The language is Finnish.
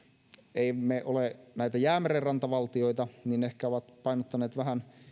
emme ole näitä jäämeren rantavaltioita ehkä ovat painottaneet vähän